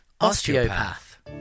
Osteopath